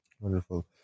Wonderful